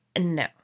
no